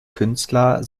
künstler